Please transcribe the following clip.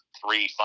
three